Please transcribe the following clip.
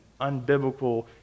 unbiblical